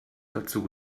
dazu